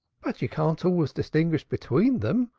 but you can't always distinguish between them,